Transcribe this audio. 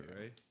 right